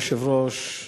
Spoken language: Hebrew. אדוני היושב-ראש,